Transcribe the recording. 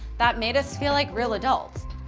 that made us feel like real adults.